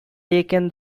taken